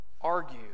argue